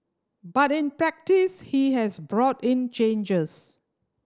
but in practice he has brought in changes